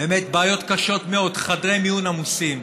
באמת בעיות קשות מאוד, חדרי מיון עמוסים.